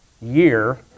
year